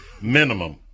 Minimum